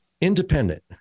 independent